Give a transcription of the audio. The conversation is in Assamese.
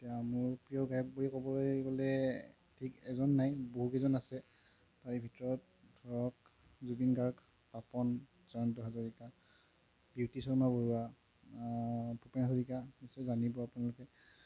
এতিয়া মোৰ প্ৰিয় গায়ক বুলি ক'বলৈ গ'লে ঠিক এজন নাই বহু কেইজন আছে তাৰে ভিতৰত ধৰক জুবিন গাৰ্গ পাপন জয়ন্ত হাজৰীকা বিউটি শৰ্মা বৰুৱা ভূপেন হাজৰীকা নিশ্চয় জানিব আপোনালোকে